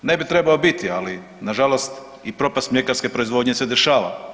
Ne bi trebao biti, ali na žalost i propast mljekarske proizvodnje se dešava.